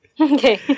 Okay